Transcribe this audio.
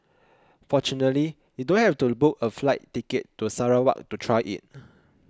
fortunately you don't have to book a flight ticket to Sarawak to try it